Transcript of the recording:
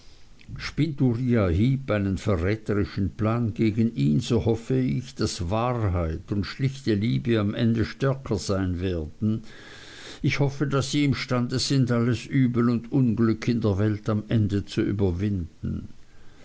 heep einen verräterischen plan gegen ihn so hoffe ich daß wahrheit und schlichte liebe am ende stärker sein werden ich hoffe daß sie imstande sind alles übel und unglück in der welt am ende zu überwinden